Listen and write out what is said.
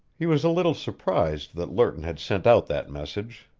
he was a little surprised that lerton had sent out that message.